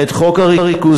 את חוק הריכוזיות,